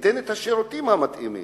ייתן את השירותים המתאימים.